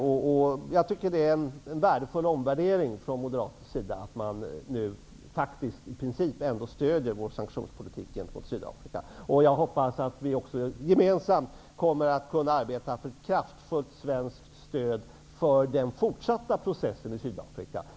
Jag tycker att man har gjort en värdefull omvärdering från Moderaternas sida genom att i princip ge stöd för vår sanktionspolitik gentemot Sydafrika. Jag hoppas att vi gemensamt kommer att kunna arbeta för ett kraftfullt svenskt stöd för den fortsatta processen i Sydafrika.